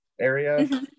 area